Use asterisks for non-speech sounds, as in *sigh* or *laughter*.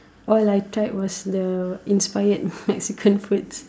all I tried was the inspired *laughs* Mexican foods